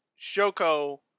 Shoko